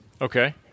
Okay